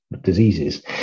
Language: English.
diseases